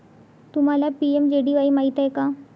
तुम्हाला पी.एम.जे.डी.वाई माहित आहे का?